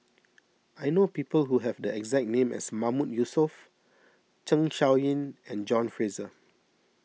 I know people who have the exact name as Mahmood Yusof Zeng Shouyin and John Fraser